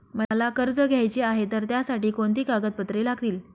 मला कर्ज घ्यायचे आहे तर त्यासाठी कोणती कागदपत्रे लागतील?